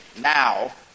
now